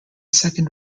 second